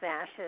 ashes